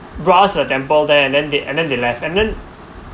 brought us to temple there and then they eh and then they left and then